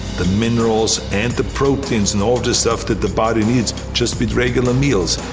the minerals and the proteins and all of this stuff that the body needs just with regular meals.